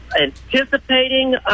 anticipating